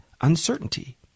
uncertainty